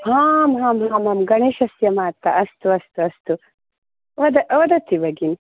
गणेशस्य माता अस्तु अस्तु अस्तु वद वदतु भगिनी